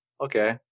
okay